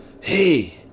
hey